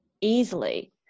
easily